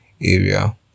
area